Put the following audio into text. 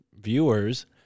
viewers